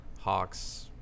Hawks